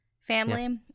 family